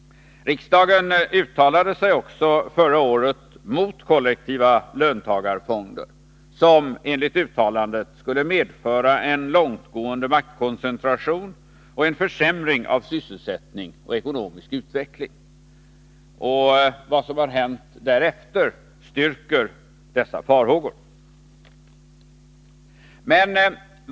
Riksdagen uttalade sig också förra året mot kollektiva löntagarfonder, som enligt uttalandet skulle medföra en långtgående maktkoncentration och en försämring av sysselsättning och ekonomisk utveckling. Vad som har hänt därefter styrker dessa farhågor.